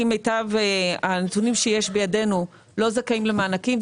מיטב הנתונים שיש בידינו לא זכאים למענקים,